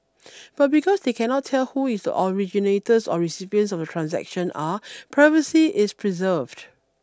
but because they cannot tell who is originators or recipients of the transaction are privacy is preserved